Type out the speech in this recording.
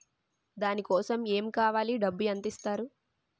దాని కోసం ఎమ్ కావాలి డబ్బు ఎంత ఇస్తారు?